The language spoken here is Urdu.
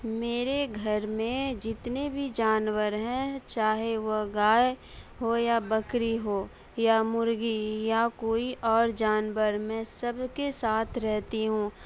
میرے گھر میں جتنے بھی جانور ہیں چاہے وہ گائے ہو یا بکری ہو یا مرغی یا کوئی اور جانور میں سب کے ساتھ رہتی ہوں